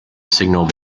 signal